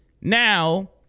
Now